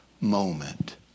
moment